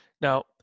Now